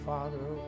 Father